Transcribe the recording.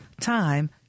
time